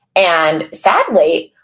and sadly,